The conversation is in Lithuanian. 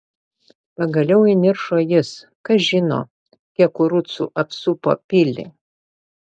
pagaliau įniršo jis kas žino kiek kurucų apsupo pilį